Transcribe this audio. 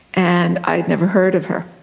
and i had never heard of her,